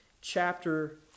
chapter